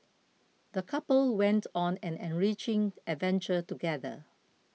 the couple went on an enriching adventure together